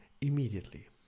immediately